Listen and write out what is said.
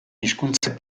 hizkuntzak